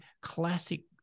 classic